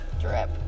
Drip